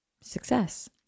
success